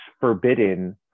forbidden